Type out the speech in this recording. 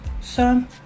son